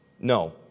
No